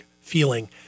feeling